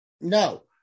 No